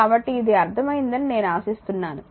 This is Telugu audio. కాబట్టి ఇది అర్థమైందని నేను ఆశిస్తున్నాను